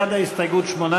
בעד ההסתייגות,